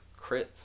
crits